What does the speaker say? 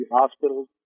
hospitals